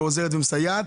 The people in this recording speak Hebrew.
עוזרת ומסייעת.